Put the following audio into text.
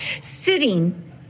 sitting